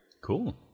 Cool